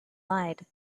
lied